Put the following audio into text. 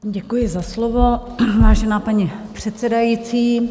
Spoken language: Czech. Děkuji za slovo, vážená paní předsedající.